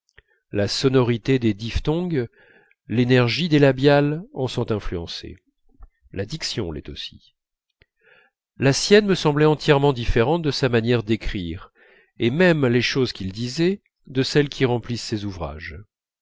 la sonorité des diphtongues l'énergie des labiales en sont influencées la diction l'est aussi la sienne me semblait entièrement différente de sa manière d'écrire et même les choses qu'il disait de celles qui remplissent ses ouvrages